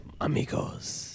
amigos